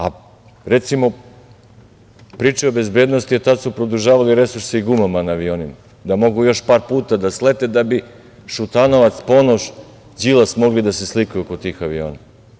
A recimo, pričaju o bezbednosti, tad su produžavali resurse na gumama na avionima da mogu još par puta da slete da bi Šutanovac, Ponoš, Đilas mogli da se slikaju kod tih aviona.